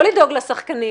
לא לדאוג לשחקנים.